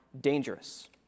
dangerous